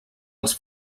els